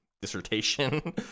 dissertation